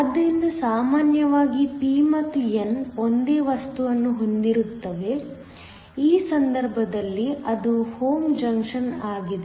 ಆದ್ದರಿಂದ ಸಾಮಾನ್ಯವಾಗಿ p ಮತ್ತು n ಒಂದೇ ವಸ್ತುವನ್ನು ಹೊಂದಿರುತ್ತವೆ ಈ ಸಂದರ್ಭದಲ್ಲಿ ಅದು ಹೋಮೋ ಜಂಕ್ಷನ್ ಆಗಿದೆ